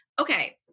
Okay